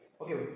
Okay